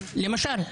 למשל.